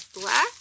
black